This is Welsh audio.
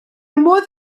modd